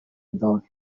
indonke